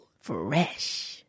Fresh